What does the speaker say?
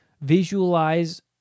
visualize